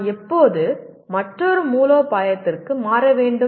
நான் எப்போது மற்றொரு மூலோபாயத்திற்கு மாற வேண்டும்